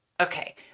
Okay